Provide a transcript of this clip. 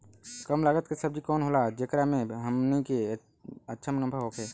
कम लागत के सब्जी कवन होला जेकरा में हमनी के अच्छा मुनाफा होखे?